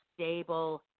stable